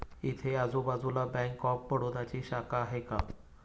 इथे आजूबाजूला bank of बडोदाची शाखा आहे का?